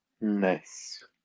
Nice